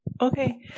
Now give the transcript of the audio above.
okay